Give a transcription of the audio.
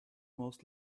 most